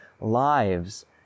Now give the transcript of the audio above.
lives